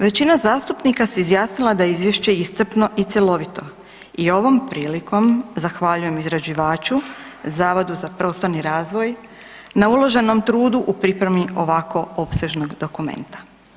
Većina zastupnika se izjasnila da je Izvješće iscrpno i cjelovito i ovom prilikom zahvaljujem izrađivaču, Zavodu za prostorni razvoj, na uloženom trudu u pripremi ovako opsežnog dokumenta.